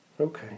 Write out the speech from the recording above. Okay